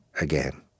again